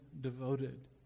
devoted